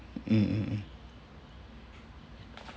mm mm mm